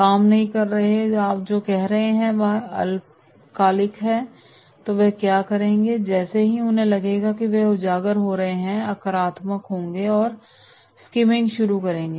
काम नहीं कर रहे हैं आप जो कह रहे हैं वह अल्पकालिक है तो वे क्या करेंगे जैसे ही उन्हें लगेगा कि वे उजागर हो रहे हैं वे आक्रामक होंगे और वे स्किमिंग शुरू करेंगे